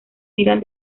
miran